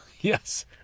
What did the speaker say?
yes